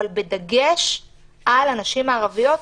אבל בדגש על הנשים הערביות,